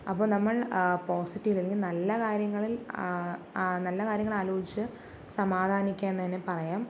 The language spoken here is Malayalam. അപ്പോൾ നമ്മൾ പോസിറ്റീവ് അല്ലെങ്കിൽ നല്ല കാര്യങ്ങളിൽ നല്ല കാര്യങ്ങൾ ആലോചിച്ച് സമാധാനിക്കുക എന്ന് തന്നെ പറയാം